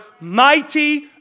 mighty